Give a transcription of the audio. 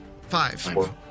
Five